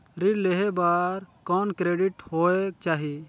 ऋण लेहे बर कौन क्रेडिट होयक चाही?